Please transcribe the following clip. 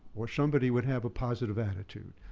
or somebody would have a positive attitude.